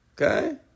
Okay